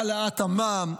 להעלאת המע"מ,